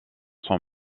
son